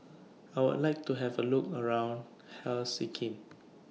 I Would like to Have A Look around Helsinki